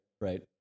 right